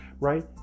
right